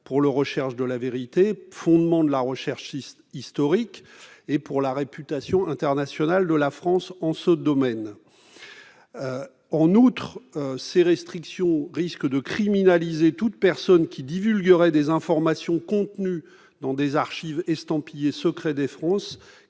pour la recherche de la vérité, fondement de la recherche historique, et pour la réputation internationale de la France en ce domaine. En outre, ces restrictions risquent de criminaliser toute personne qui divulguerait des informations contenues dans des archives estampillées « secret défense »